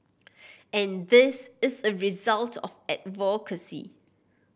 and this is a result of advocacy